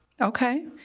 Okay